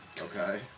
Okay